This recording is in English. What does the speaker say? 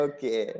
Okay